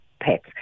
pets